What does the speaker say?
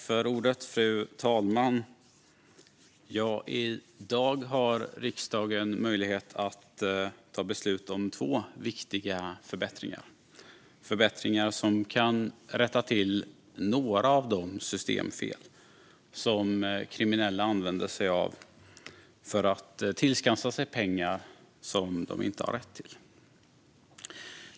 Fru talman! I dag har riksdagen möjlighet att ta beslut om två viktiga förbättringar som kan rätta till några av de systemfel som kriminella använder sig av för att tillskansa sig pengar som de inte har rätt till.